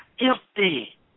empty